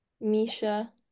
Misha